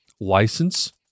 license